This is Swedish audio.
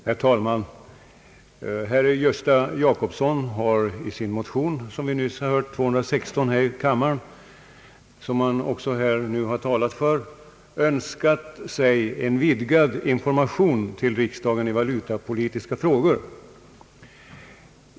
Herr talman! Herr Gösta Jacobsson har i sin motion I: 216, som han också här har talat för, önskat sig en vidgad information till riksdagen i valutapolitiska frågor.